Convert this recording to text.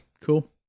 cool